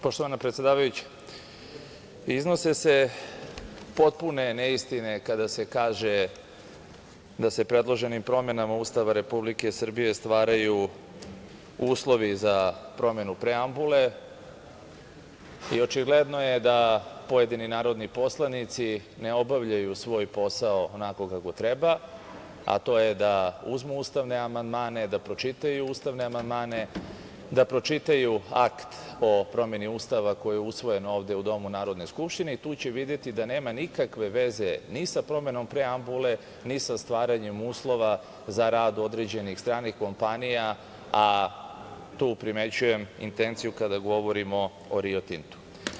Poštovana predsedavajuća, iznose se potpune neistine kada se kaže da se predloženim promenama Ustava Republike Srbije stvaraju uslovi za promenu preambule i očigledno je da pojedini narodni poslanici ne obavljaju svoj posao onako kako treba, a to je da uzmu ustavne amandmane, da pročitaju ustavne amandmane, da pročitaju akt o promeni Ustava koji je usvojen ovde u domu Narodne skupštine i tu će videti da nema nikakve veze ni sa promenom preambule, ni sa stvaranjem uslova za rad određenih stranih kompanija, a tu primećujem intenciju kada govorimo o Rio Tintu.